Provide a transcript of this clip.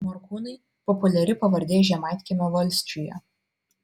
morkūnai populiari pavardė žemaitkiemio valsčiuje